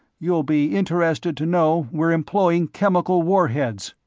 you'll be interested to know we're employing chemical warheads.